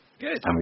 Good